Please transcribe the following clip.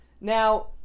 Now